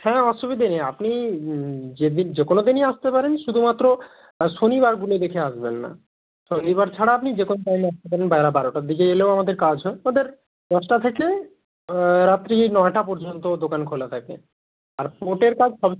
হ্যাঁ অসুবিধে নেই আপনি যে দিনই যে কোনও দিনই আসতে পারেন শুধুমাত্র শনিবারগুলো দেখে আসবেন না শনিবার ছাড়া আপনি যে কোনও টাইমে আসতে পারেন বেলা বারোটার দিকে এলেও আমাদের কাজ হয় তবে দশটা থেকে রাত্রি নয়টা পর্যন্ত দোকান খোলা থাকে আর পোর্টের কাজ